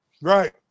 Right